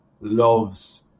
loves